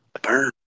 Burn